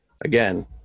again